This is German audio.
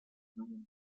weiher